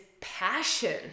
passion